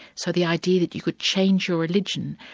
so the idea that you could change your religion,